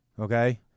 Okay